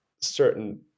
certain